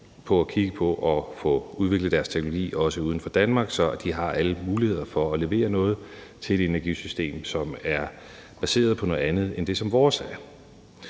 til at kigge på at få udviklet deres teknologi også uden for Danmark, så de har alle muligheder for at levere noget til et energisystem, som er baseret på noget andet end det, som vores er.